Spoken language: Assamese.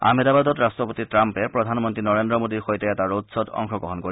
আহমেদাবাদত ৰাট্ৰপতি ট্ৰাম্পে প্ৰধানমন্ত্ৰী নৰেন্দ্ৰ মোদীৰ সৈতে এটা ৰড শ্বোত অংশগ্ৰহণ কৰিব